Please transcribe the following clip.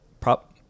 prop